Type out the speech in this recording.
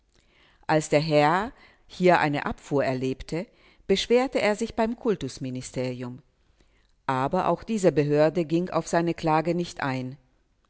als der herr hier eine abfuhr erlebte beschwerte er sich beim kultusministerium aber auch diese behörde ging auf seine klage nicht ein